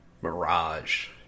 Mirage